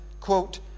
quote